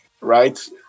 right